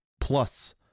Plus